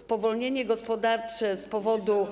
spowolnienie gospodarcze z powodu.